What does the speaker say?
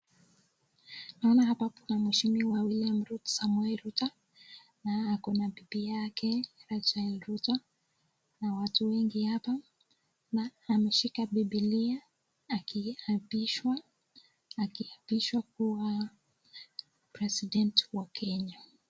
Naona hapa kuna mheshimiwa William Ruto na akona bibi yake Rachael Ruto na watu wengi hapa. Na ameshika bibilia akiapishwa kuwa [president] wa Kenya.